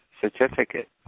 certificate